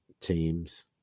teams